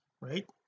right